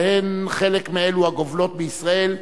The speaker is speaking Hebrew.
ובהן חלק מאלו הגובלות בישראל,